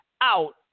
out